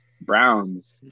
Brown's